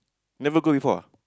never go before ah